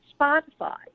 Spotify